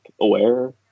aware